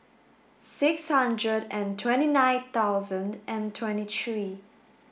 six hundred and twenty nine thousand and twenty three